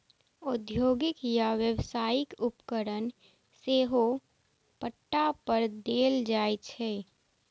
औद्योगिक या व्यावसायिक उपकरण सेहो पट्टा पर देल जाइ छै